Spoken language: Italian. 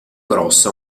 grossa